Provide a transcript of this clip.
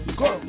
go